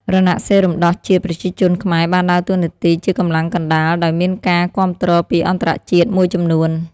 រណសិរ្សរំដោះជាតិប្រជាជនខ្មែរបានដើរតួនាទីជាកម្លាំងកណ្តាល ដោយមានការគាំទ្រពីអន្តរជាតិមួយចំនួន។